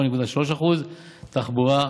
8.3%; תחבורה,